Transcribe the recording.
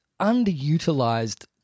underutilized